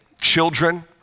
children